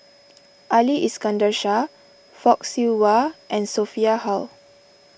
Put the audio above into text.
Ali Iskandar Shah Fock Siew Wah and Sophia Hull